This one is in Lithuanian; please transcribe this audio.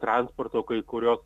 transporto kai kurio